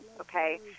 okay